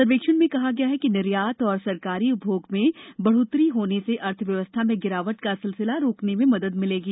सर्वेक्षण में कहा गया है कि निर्यात और सरकारी उपभोग में बढ़ोतरी होने से अर्थव्यवस्था में गिरावट का सिलसिला रोकने में मदद मिलेगी